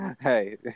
Hey